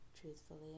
truthfully